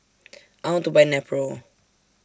I want to Buy Nepro